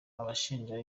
abashinja